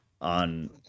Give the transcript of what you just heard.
on